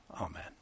Amen